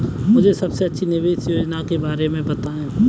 मुझे सबसे अच्छी निवेश योजना के बारे में बताएँ?